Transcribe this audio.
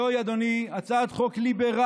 זוהי, אדוני, הצעת חוק ליברלית.